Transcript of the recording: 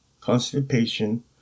constipation